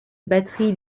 batterie